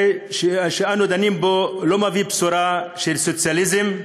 שאנו דנים בו לא מביא בשורה של סוציאליזם,